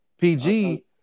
pg